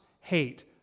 hate